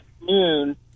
noon